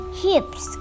hips